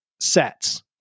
sets